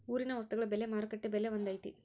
ಊರಿನ ವಸ್ತುಗಳ ಬೆಲೆ ಮಾರುಕಟ್ಟೆ ಬೆಲೆ ಒಂದ್ ಐತಿ?